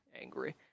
angry